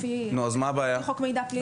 לפי חוק מידע פלילי.